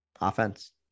offense